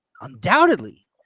Undoubtedly